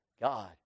God